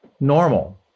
normal